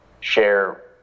share